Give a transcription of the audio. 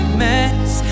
mess